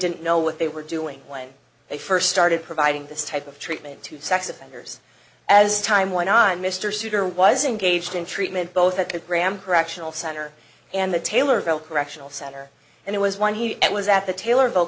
didn't know what they were doing when they first started providing this type of treatment to sex offenders as time went on mr souter was engaged in treatment both a program correctional center and the taylor behl correctional center and it was when he was at the taylor